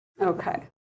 Okay